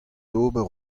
d’ober